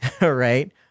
right